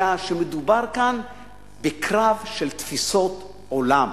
אלא שמדובר כאן בקרב של תפיסות עולם.